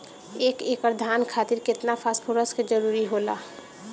एक एकड़ धान खातीर केतना फास्फोरस के जरूरी होला?